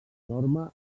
norma